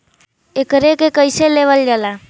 एकरके कईसे लेवल जाला?